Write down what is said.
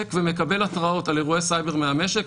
ומקבל התראות על אירועי סייבר מהמשק,